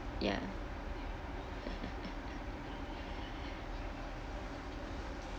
ya